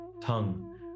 tongue